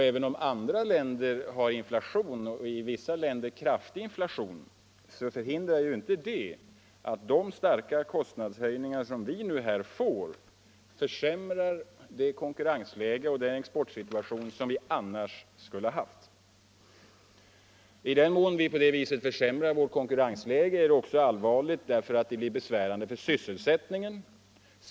Även om andra länder har inflation, och i vissa länder en kraftig inflation, förhindrar inte det att de starka kostnadshöjningar som vi nu får försämrar det konkurrensläge och den exportsituation som vi annars skulle ha haft. I den mån vi på det sättet försämrar vårt konkurrensläge är det också allvarligt därför att det blir ju besvärande för sysselsättningen.